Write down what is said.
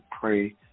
pray